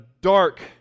dark